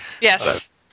Yes